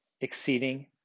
exceeding